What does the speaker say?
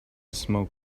smoke